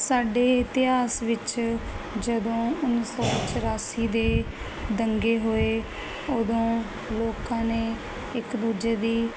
ਸਾਡੇ ਇਤਿਹਾਸ ਵਿੱਚ ਜਦੋਂ ਉੱਨੀ ਸੌ ਚੁਰਾਸੀ ਦੇ ਦੰਗੇ ਹੋਏ ਉਦੋਂ ਲੋਕਾਂ ਨੇ ਇੱਕ ਦੂਜੇ ਦੀ